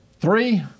three